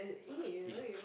it's